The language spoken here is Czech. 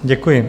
Děkuji.